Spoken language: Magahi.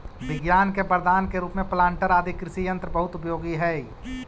विज्ञान के वरदान के रूप में प्लांटर आदि कृषि यन्त्र बहुत उपयोगी हई